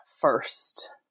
first